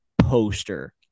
poster